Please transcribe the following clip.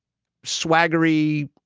swaggery,